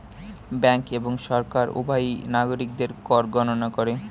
bank এবং সরকার উভয়ই নাগরিকদের কর গণনা করে